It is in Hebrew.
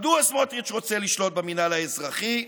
מדוע סמוטריץ' רוצה לשלוט במינהל האזרחי,